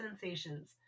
sensations